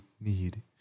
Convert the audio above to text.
need